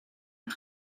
een